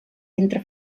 entre